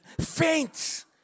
faints